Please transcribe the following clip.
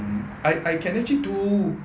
mmhmm I I can actually do